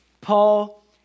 Paul